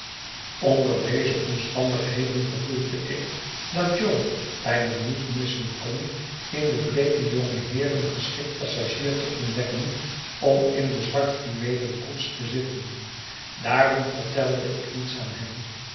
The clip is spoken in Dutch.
onder deze omstandigheden gevoelde ik dat jo bijna niet missen kon in den bleeken jongen heer een geschikt passagier te ontdekken om in de zwart fluweelen koets te zitten daarom vertelde ik niets aan hem